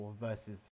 versus